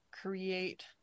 create